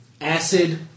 Acid